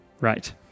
Right